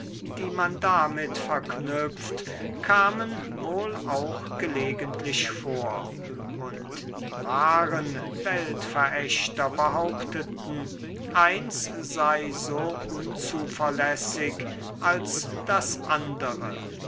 die man damit verknüpft kamen wohl auch gelegentlich vor und die wahren weltverächter behaupteten eins sei so unzuverlässig als das andere